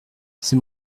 c’est